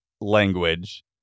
language